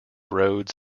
rhodes